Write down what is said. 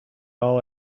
all